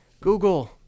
Google